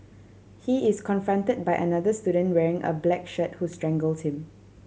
he is confronted by another student wearing a black shirt who strangles him